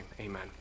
Amen